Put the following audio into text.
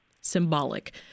symbolic